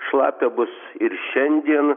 šlapia bus ir šiandien